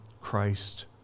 Christ